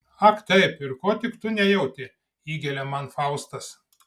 ak taip ir ko tik tu nejauti įgelia man faustas